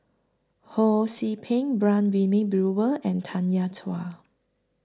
Ho See Peng Brown Wilmin Brewer and Tanya Chua